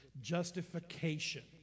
Justification